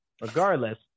Regardless